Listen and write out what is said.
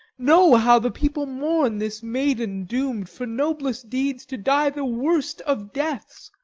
know how the people mourn this maiden doomed for noblest deeds to die the worst of deaths.